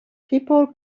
people